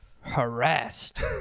harassed